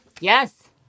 Yes